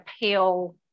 pale